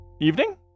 evening